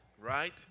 right